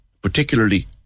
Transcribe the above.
particularly